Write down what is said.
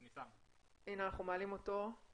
שלום.